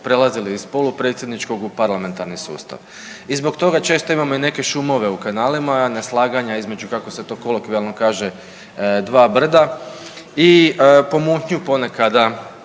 prelazili iz polupredsjedničkog u parlamentarni sustav i zbog toga često imamo neke šumove u kanalima, neslaganja između kako se to kolokvijalno kaže dva brda i pomutnju ponekada